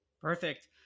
Perfect